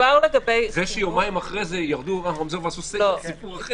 זה שיומיים אחרי זה ירדו מהרמזור ועשו סגר סיפור אחר.